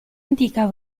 antica